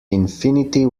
infinity